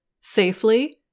safely